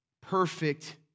perfect